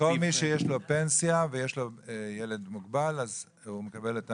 כל מי שיש לו פנסיה ויש לו ילד מוגבל הוא מקבל את ההמשך?